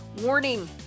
Warning